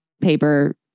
paper